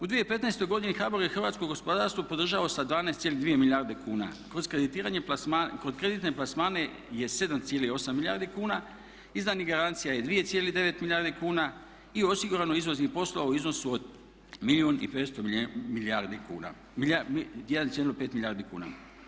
U 2015.godini HBOR je hrvatsko gospodarstvo podržao sa 12,2 milijarde kuna plus kreditiranje plasmana, kod kreditnih plasmana je 7,8 milijardi kuna, izdanih garancija je 2,9 milijardi kuna i osigurano izvoznih poslova u iznosu od 1 milijun i 500 milijardi kuna, 1,5 milijardi kuna.